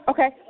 Okay